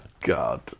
God